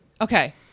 Okay